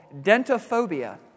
dentophobia